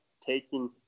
taking